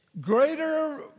greater